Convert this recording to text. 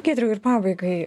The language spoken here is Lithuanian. giedriau ir pabaigai